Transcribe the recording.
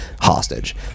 hostage